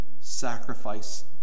sacrifice